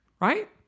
right